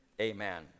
Amen